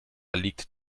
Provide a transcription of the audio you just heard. liegt